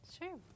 Sure